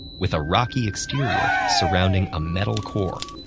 with a rocky exterior surrounding a metal core.